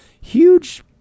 huge